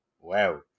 wow